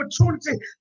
opportunity